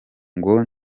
ngo